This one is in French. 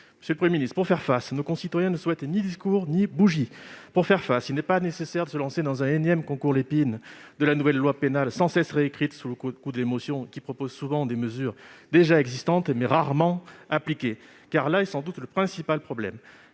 Monsieur le Premier ministre, pour faire face, nos concitoyens ne souhaitent ni discours ni bougies. Pour faire face, il n'est pas nécessaire de se lancer dans un énième concours Lépine de la nouvelle loi pénale, sans cesse réécrite sous le coup de l'émotion, et qui propose souvent des mesures déjà existantes, mais rarement appliquées. En effet, l'application des